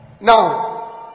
Now